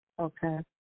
Okay